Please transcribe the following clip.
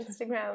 Instagram